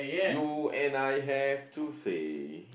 you and I have to say